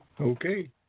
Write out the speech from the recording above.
Okay